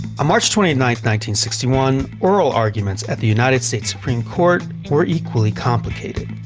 march twenty nine nine sixty one, oral arguments at the united states supreme court were equally complicated.